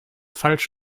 falsch